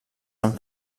amb